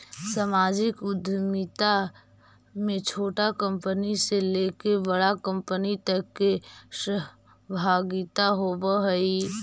सामाजिक उद्यमिता में छोटा कंपनी से लेके बड़ा कंपनी तक के सहभागिता होवऽ हई